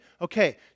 Okay